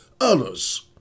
others